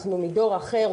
אנחנו מדור אחר.